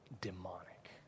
demonic